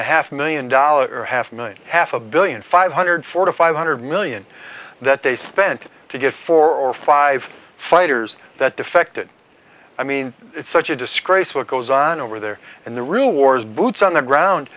the half million dollar a half million half a billion five hundred four to five hundred million that they spent to get four or five fighters that defected i mean it's such a disgrace what goes on over there and the real wars boots on the ground